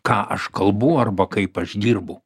ką aš kalbu arba kaip aš dirbu